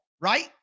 Right